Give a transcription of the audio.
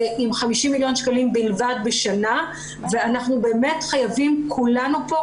עם 50 מיליון שקלים בלבד בשנה ואנחנו באמת חייבים כולנו פה,